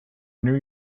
new